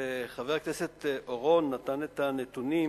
כשחבר הכנסת אורון נתן את הנתונים